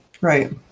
Right